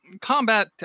Combat